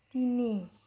তিনি